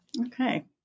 Okay